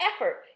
effort